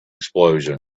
explosion